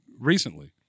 recently